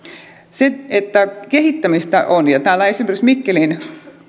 kehittämistä siis on ja esimerkiksi mikkelin kunnan